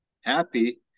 happy